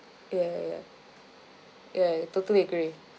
ya ya ya ya totally agree